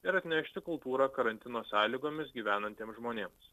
ir atnešti kultūrą karantino sąlygomis gyvenantiems žmonėms